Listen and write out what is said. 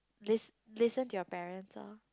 lis~ listen to your parents orh